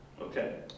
Okay